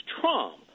Trump